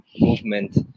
movement